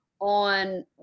on